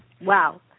Wow